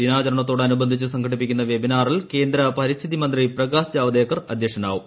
ദിനാചരണത്തോടനുബന്ധിച്ച് സംഘടിപ്പിക്കുന്ന വെബിനാറിൽ കേന്ദ്ര പരിസ്ഥിതി മന്ത്രി പ്രകാശ് ജാവ്ദേക്കർ അദ്ധ്യക്ഷനാവും